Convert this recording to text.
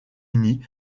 uni